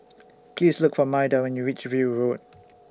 Please Look For Maida when YOU REACH View Road